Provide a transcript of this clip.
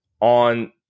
on